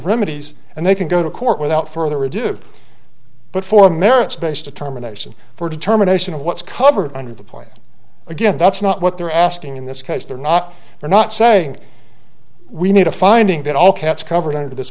remedies and they can go to court without further ado but for a merits based determination for a determination of what's covered under the point again that's not what they're asking in this case they're not they're not saying we need a finding that all cats covered under this